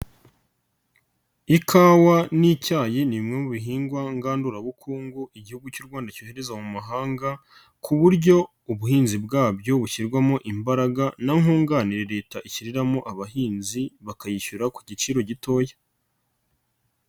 Ikawa n'icyayi ni bimwe mu bihingwa ngandurabukungu Igihugu cy'u Rwanda cyohereza mu mahanga ku buryo ubuhinzi bwabyo bushyirwamo imbaraga na nkunganira Leta ishyiriramo abahinzi bakayishyura ku giciro gitoya.